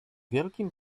wielkim